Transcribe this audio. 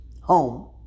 home